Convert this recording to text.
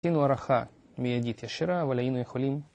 ע‫שינו הערכה מיידית ישירה, ‫אבל היינו יכולים...